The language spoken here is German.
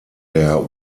der